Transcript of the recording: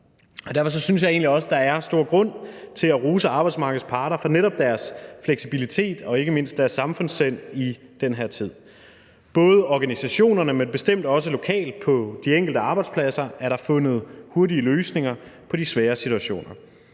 Derfor synes jeg egentlig også, der er stor grund til at rose arbejdsmarkedets parter for netop deres fleksibilitet og ikke mindst deres samfundssind i den her tid. Både af organisationerne, men bestemt også lokalt på arbejdspladserne er der fundet hurtige løsninger i de svære situationer,